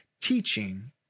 teaching